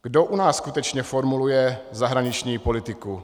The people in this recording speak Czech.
Kdo u nás skutečně formuluje zahraniční politiku?